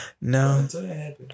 No